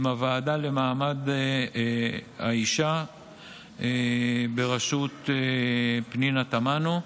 הוועדה למעמד האישה בראשות פנינה תמנו,